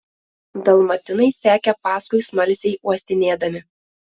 dalmatinai sekė paskui smalsiai uostinėdami